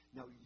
Now